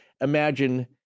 imagine